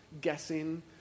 guessing